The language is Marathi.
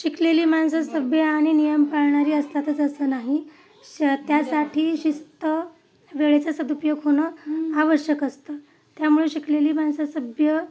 शिकलेली माणसं सभ्य आणि नियम पाळणारी असतातच असं नाही श त्यासाठी शिस्त वेळेचा सदुपयोग होणं आवश्यक असतं त्यामुळे शिकलेली माणसं सभ्य